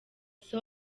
sol